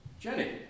Jenny